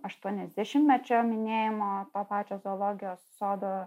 aštuoniasdešimtmečio minėjimo to pačio zoologijos sodo